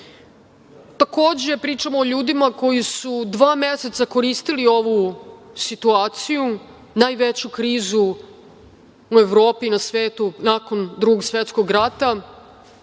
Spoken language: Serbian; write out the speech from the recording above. način. Takođe, pričamo o ljudima koji su dva meseca koristili ovu situaciju, najveću krizu u Evropi, na svetu nakon Drugog svetskog rata,